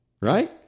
Right